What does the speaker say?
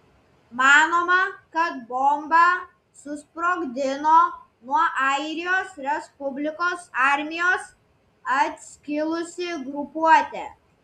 manoma kad bombą susprogdino nuo airijos respublikos armijos atskilusi grupuotė